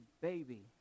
baby